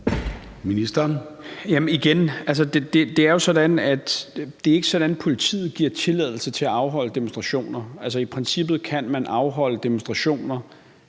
det jo ikke er sådan, at politiet giver tilladelse til at afholde demonstrationer. I princippet kan man afholde demonstrationer